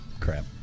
crap